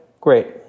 great